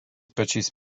pačiais